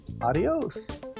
adios